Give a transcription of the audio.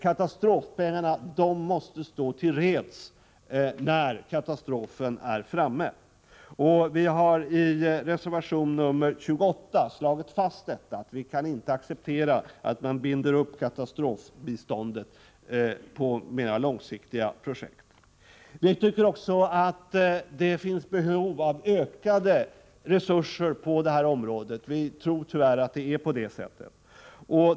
Katastrofpengarna måste stå till reds när katastrofen är framme. Detta har vi slagit fast i reservation 28. Vi kan inte acceptera att man binder upp katastrofbiståndet vid mera långsiktiga projekt. Vi tycker vidare att det finns behov av ökade resurser på detta område. Tyvärr är det nog på det sättet.